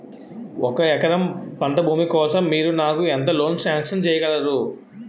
ఒక ఎకరం పంట భూమి కోసం మీరు నాకు ఎంత లోన్ సాంక్షన్ చేయగలరు?